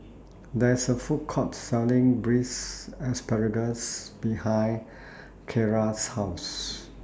There IS A Food Court Selling Braised Asparagus behind Keira's House